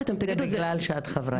זה בגלל שאת חברת כנסת.